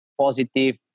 positive